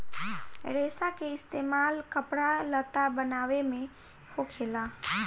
रेसा के इस्तेमाल कपड़ा लत्ता बनाये मे होखेला